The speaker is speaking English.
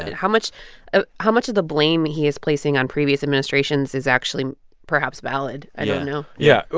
and how much ah how much of the blame he is placing on previous administrations is actually perhaps valid? i don't know yeah yeah.